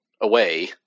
away